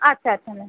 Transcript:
আচ্ছা আচ্ছা ম্যাম